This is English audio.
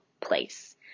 place